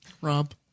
Rob